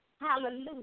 Hallelujah